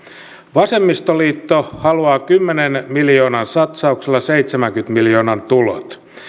vasemmistoliitto haluaa kymmenen miljoonan satsauksella seitsemänkymmenen miljoonan tulot